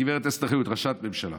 גב' אסתר חיות, ראשת ממשלה.